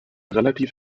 relativ